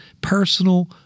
personal